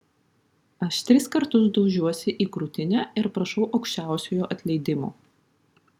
aš tris kartus daužiuosi į krūtinę ir prašau aukščiausiojo atleidimo